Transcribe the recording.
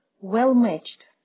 well-matched